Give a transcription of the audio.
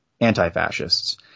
anti-fascists